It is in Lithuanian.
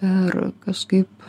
ir kažkaip